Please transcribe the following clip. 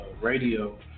radio